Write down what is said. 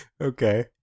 Okay